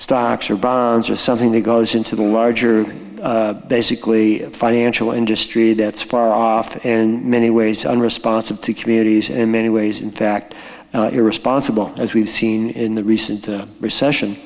stocks or bonds or something that goes into the larger basically financial industry that's far off and many ways are responsive to communities in many ways in fact irresponsible as we've seen in the recent recession